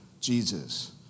Jesus